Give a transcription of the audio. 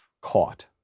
caught